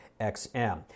XM